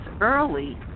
early